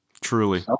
Truly